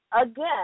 again